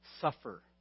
suffer